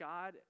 God